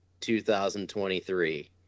2023